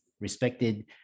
respected